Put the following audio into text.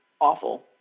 awful